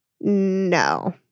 No